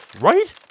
Right